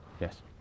Yes